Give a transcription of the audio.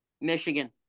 Michigan